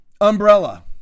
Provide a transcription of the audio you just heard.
umbrella